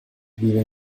vive